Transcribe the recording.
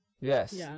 Yes